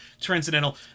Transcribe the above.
transcendental